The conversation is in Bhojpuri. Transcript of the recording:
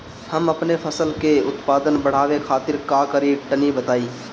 हम अपने फसल के उत्पादन बड़ावे खातिर का करी टनी बताई?